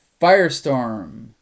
firestorm